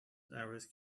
hours